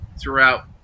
throughout